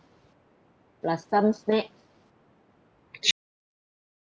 plus some snack